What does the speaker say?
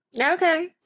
Okay